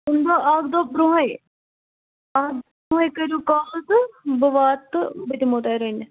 تَمہِ دۄہ اَکھ دۄہ برٛونٛہٕے اَکھ دۄہ گۄڈے کٔرِو کال تہٕ بہٕ واتہٕ تہٕ بہٕ دِمہو تۄہہِ رٔنِتھ